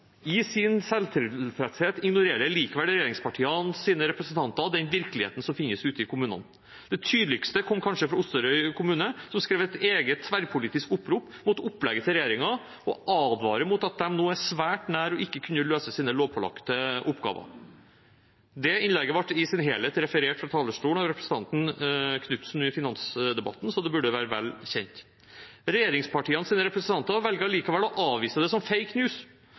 I sin selvtilfredshet ignorerer likevel regjeringspartienes representanter den virkeligheten som finnes ute i kommunene. Den tydeligste meldingen kom kanskje fra Osterøy kommune, som skrev et eget, tverrpolitisk opprop mot opplegget til regjeringen og advarer mot at de nå er svært nær ved å ikke kunne løse sine lovpålagte oppgaver. Det innlegget ble i sin helhet referert fra talerstolen av representanten Knutsen under finansdebatten, så det burde være vel kjent. Regjeringspartienes representanter velger likevel å avvise det som «fake news».